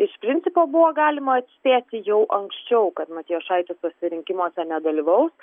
iš principo buvo galima spėti jau anksčiau kad matijošaitis tuose rinkimuose nedalyvaus